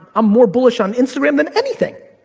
i'm more bullish on instagram than anything.